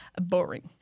Boring